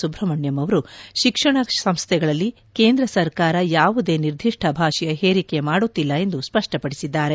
ಸುಬ್ರಮಣ್ಯಂ ಅವರು ಶಿಕ್ಷಣ ಸಂಸ್ತೆಗಳಲ್ಲಿ ಕೇಂದ್ರ ಸರ್ಕಾರ ಯಾವುದೇ ನಿರ್ದಿಷ್ವ ಭಾಷೆಯ ಹೇರಿಕೆ ಮಾಡುತ್ತಿಲ್ಲ ಎಂದು ಸ್ವ ಡ್ವಪದಿಸಿದ್ದಾರೆ